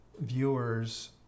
viewers